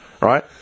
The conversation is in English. Right